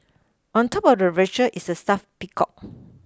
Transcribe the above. on top of the refrigerator is a stuffed peacock